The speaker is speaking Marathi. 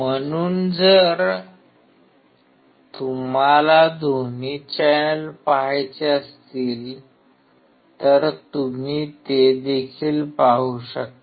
म्हणून जर तुम्हाला दोन्ही चॅनेल पाहायचे असतील तर तुम्ही ते देखील पाहू शकता